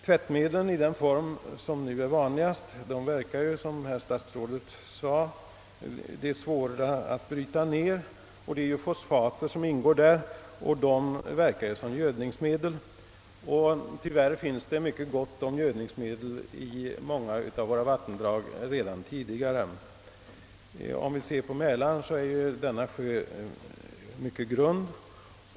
Tvättmedel i den form som nu är vanligast är, som statsrådet sade, svåra att bryta ned. De fosfater som ingår däri verkar som gödningsmedel. Tyvärr finns det gott om gödningsmedel i många av våra vattendrag redan tidigare. Ser vi på Mälaren kan vi konstatera att denna sjö är mycket grund.